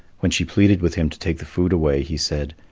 when she pleaded with him to take the food away, he said,